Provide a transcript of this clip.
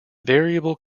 variable